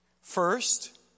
First